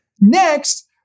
Next